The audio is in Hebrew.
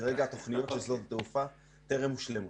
כרגע התוכנית לשדות תעופה טרם הושלמו.